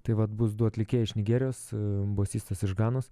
tai vat bus du atlikėjai iš nigerijos bosistas iš ganos